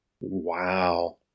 Wow